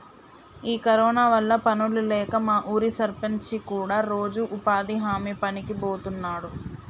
ఈ కరోనా వల్ల పనులు లేక మా ఊరి సర్పంచి కూడా రోజు ఉపాధి హామీ పనికి బోతున్నాడు